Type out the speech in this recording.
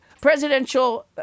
presidential